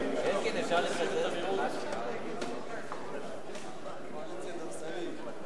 סיעת מרצ להביע אי-אמון בממשלה